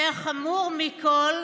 והחמור מכל,